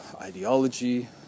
ideology